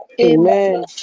Amen